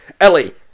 Ellie